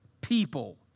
people